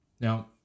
Now